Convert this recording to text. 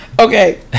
okay